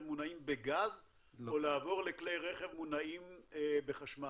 מונעים בגז או לעבור לכלי רכב מונעים בחשמל?